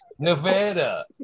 Nevada